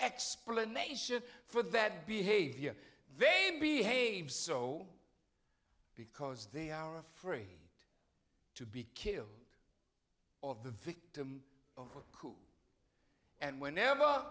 explanation for that behavior they behaved so because they are free to be killed of the victim and whenever